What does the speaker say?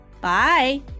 Bye